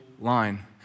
line